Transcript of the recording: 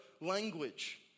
language